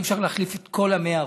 אי-אפשר להחליף את כל ה-100%,